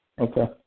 Okay